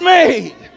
made